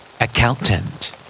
accountant